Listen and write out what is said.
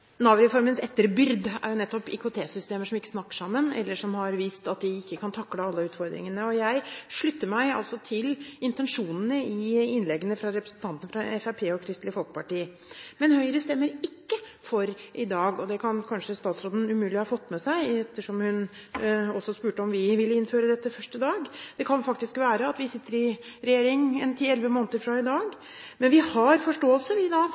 er jo nettopp IKT-systemer som ikke snakker sammen, eller som har vist at de ikke kan takle alle utfordringene. Jeg slutter meg altså til intensjonene i innleggene fra representantene fra Fremskrittspartiet og Kristelig Folkeparti, men Høyre stemmer ikke for i dag. Det kan statsråden umulig ha fått med seg, ettersom hun spurte om også vi ville innføre dette første dag. Det kan faktisk være at vi sitter i regjering om ti–elleve måneder fra i dag, men vi har forståelse